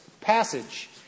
passage